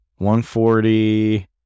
140